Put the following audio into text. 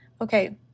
Okay